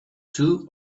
two